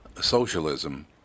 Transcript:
socialism